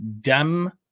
Dem